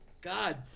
God